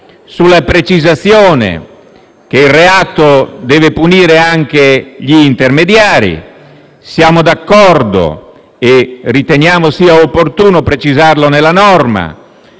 la precisazione che il reato deve punire anche gli intermediari. Siamo d'accordo - e riteniamo sia opportuno precisarlo nella norma